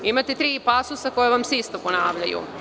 Imate tri pasusa koja vam se isto ponavljaju.